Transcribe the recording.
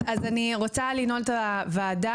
אז אני רוצה לנעול את הוועדה.